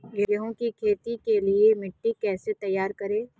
गेहूँ की खेती के लिए मिट्टी कैसे तैयार करें?